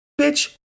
Bitch